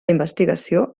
investigació